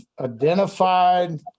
identified